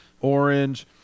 orange